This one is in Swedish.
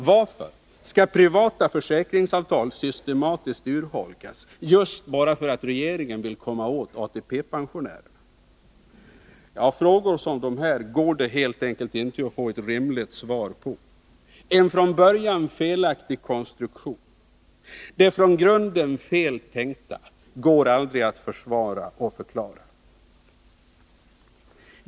Varför skall försäkringsavtal systematiskt urholkas just därför att regeringen vill komma åt ATP pensionärerna? Frågor som dessa går det helt enkelt inte att få ett rimligt svar på. En från början felaktig konstruktion, det från grunden fel tänkta, går aldrig att försvara och förklara.